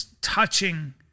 touching